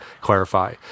clarify